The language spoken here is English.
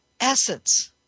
essence